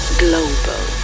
global